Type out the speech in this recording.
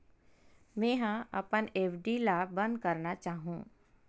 मेंहा अपन एफ.डी ला बंद करना चाहहु